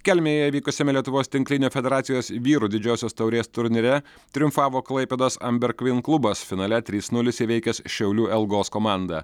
kelmėje vykusiame lietuvos tinklinio federacijos vyrų didžiosios taurės turnyre triumfavo klaipėdos amber kvin klubas finale trys nulis įveikęs šiaulių elgos komandą